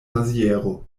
maziero